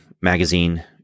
magazine